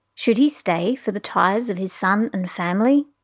should he stay for the ties of his son and family?